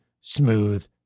smooth